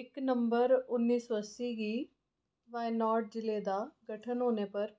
इक नंबर उन्नी सौ अस्सी गी वायनाड जिले दा गठन होने पर